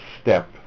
step